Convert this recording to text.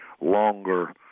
longer